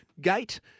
gate